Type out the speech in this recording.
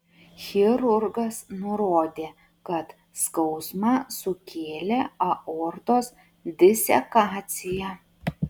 chirurgas nurodė kad skausmą sukėlė aortos disekacija